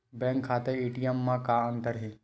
Bank खाता ATM मा का अंतर हे?